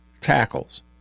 tackles